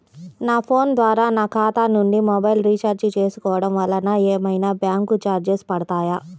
నా ఫోన్ ద్వారా నా ఖాతా నుండి మొబైల్ రీఛార్జ్ చేసుకోవటం వలన ఏమైనా బ్యాంకు చార్జెస్ పడతాయా?